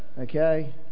okay